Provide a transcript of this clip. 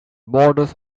borders